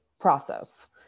process